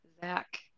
Zach